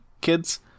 kids